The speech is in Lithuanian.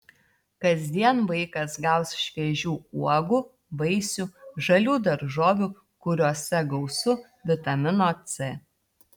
kasdien vaikas gaus šviežių uogų vaisių žalių daržovių kuriose gausu vitamino c